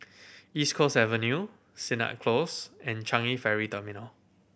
East Coast Avenue Sennett Close and Changi Ferry Terminal